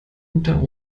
unter